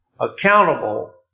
Accountable